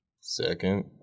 Second